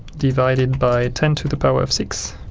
divided by ten to the power of six,